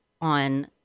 on